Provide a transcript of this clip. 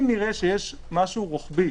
אם נראה שיש משהו רוחבי,